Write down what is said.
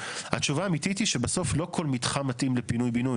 התשובה האמיתית היא שבסוף לא כל מתחם מתאים לפינוי בינוי.